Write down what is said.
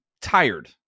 tired